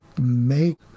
make